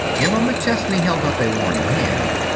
emma mcchesney held up a warning hand.